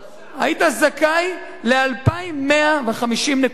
והיית זכאי ל-2,150 נקודות.